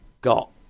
got